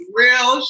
real